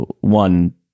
One